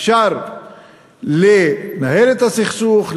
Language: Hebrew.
אפשר לנהל את הסכסוך,